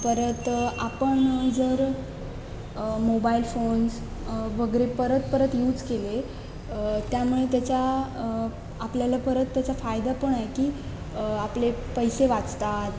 परत आपण जर मोबाईल फोन्स वगैरे परत परत यूज केले त्यामुळे त्याचा आपल्याला परत त्याचा फायदा पण आहे की आपले पैसे वाचतात